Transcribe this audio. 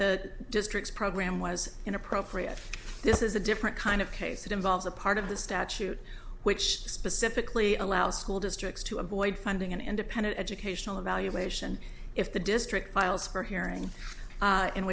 the district's program was inappropriate this is a different kind of case that involves a part of the statute which specifically allows school districts to avoid funding an independent educational evaluation if the district files for a hearing